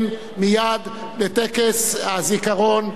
לטקס הזיכרון לחללי מינכן,